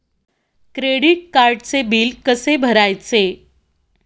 Credit कार्डचे bill कसे भरायचे?